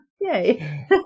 Yay